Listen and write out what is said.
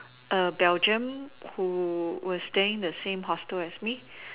A Belgium was staying in the hostel as me